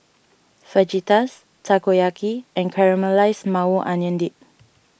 Fajitas Takoyaki and Caramelized Maui Onion Dip